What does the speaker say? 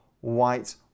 white